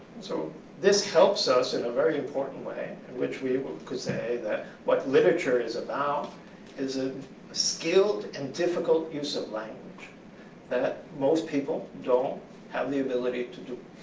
so this helps us in a very important way, in which we could say that what literature is about is a skilled and difficult use of language that most people don't have the ability to do.